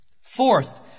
Fourth